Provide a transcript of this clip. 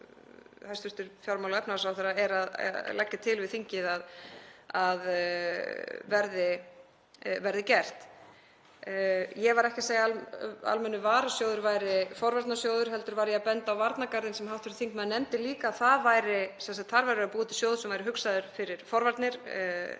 er að leggja til við þingið að verði gert. Ég var ekki að segja að almenni varasjóðurinn væri forvarnasjóður heldur var ég að benda á varnargarðinn sem hv. þingmaður nefndi líka, það væri verið að búa til sjóð sem væri hugsaður fyrir forvarnir